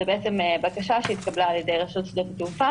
זה בקשה שהתקבלה על ידי רשות שדות התעופה